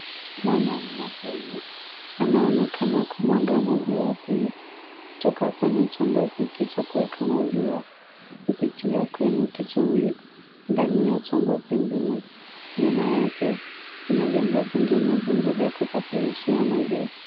Mwanaume huyu anaonekana kumwaga maziwa hii toka kwenye chombo hiki cha kueka maziwa kupitia kwenye kichungi ndani ya chombo kingine. Nyuma yake kuna viombo vingine vingi vya kusafirishia maziwa.